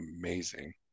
amazing